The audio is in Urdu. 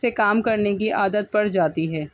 سے کام کرنے کی عادت پڑ جاتی ہے